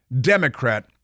Democrat